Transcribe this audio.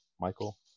Michael